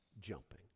jumping